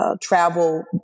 travel